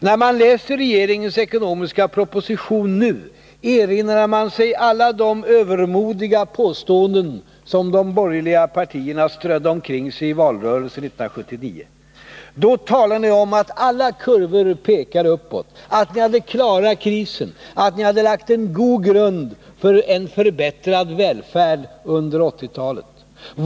När man läser regeringens ekonomiska proposition nu erinrar man sig alla de övermodiga påståenden som de borgerliga partierna strödde omkring sig i valrörelsen 1979. Då talade ni om att alla kurvor pekade uppåt, att ni hade klarat krisen, att ni hade lagt en god grund för en förbättrad välfärd under 1980-talet.